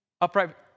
upright